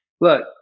look